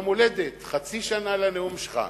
יום הולדת, חצי שנה לנאום שלך.